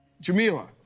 Jamila